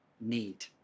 need